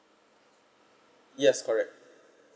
yes correct